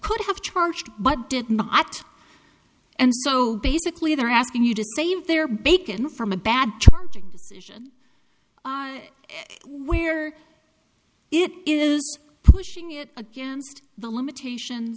could have charged but did not and so basically they're asking you to save their bacon from a bad charging on where it is putting it against the limitation